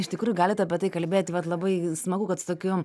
iš tikrųjų galite apie tai kalbėti vat labai smagu kad su tokiu